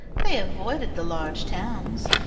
they avoided the large towns.